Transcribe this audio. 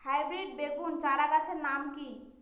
Hybrid বেগুন চারাগাছের নাম কি?